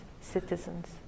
citizens